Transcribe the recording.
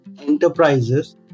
enterprises